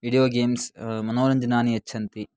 video games मनोरञ्जनानि यच्छन्ति